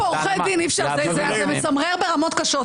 יש פה עורכי דין, אי-אפשר, זה מצמרר ברמות קשות.